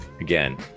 again